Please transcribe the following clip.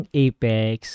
apex